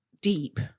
deep